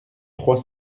trois